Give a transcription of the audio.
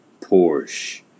Porsche